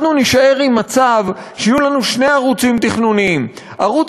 אנחנו נישאר עם מצב שיהיו לנו שני ערוצים תכנוניים: ערוץ